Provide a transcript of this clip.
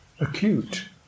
acute